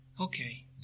Okay